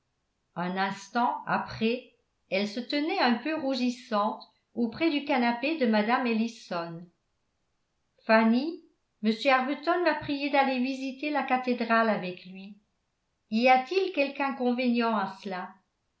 un instant après elle se tenait un peu rougissante auprès du canapé de mme ellison fanny m arbuton m'a prié d'aller visiter la cathédrale avec lui y a-t-il quelque inconvénient à cela